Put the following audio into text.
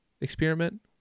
experiment